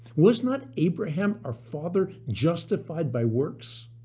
was not abraham our father justified by works